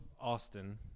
Austin